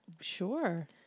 Sure